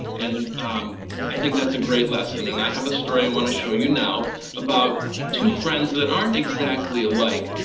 and um i think that's a great lesson, and i have a story i want to show you now about two friends that aren't exactly alike,